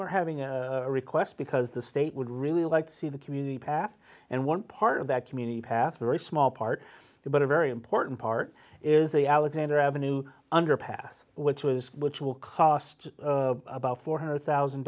we're having a request because the state would really like to see the community pass and one part of that community path a very small part but a very important part is the alexander avenue underpass which was which will cost about four hundred thousand